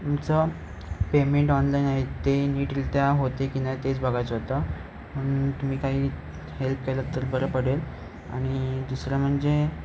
तुमचं payment online आहे ते नीट रित्या होतं आहे की नाही तेच बघायचं होतं म्हणून तुम्ही काही हेल्प केलं तर बरं पडेल आणि दुसरं म्हणजे